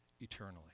eternally